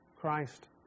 Christ